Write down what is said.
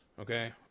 Okay